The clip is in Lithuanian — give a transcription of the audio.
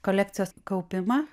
kolekcijos kaupimą